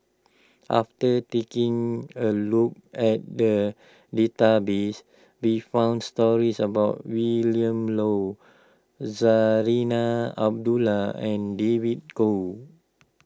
after taking a look at the database we found stories about Willin Low Zarinah Abdullah and David Kwo